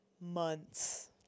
months